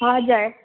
हजुर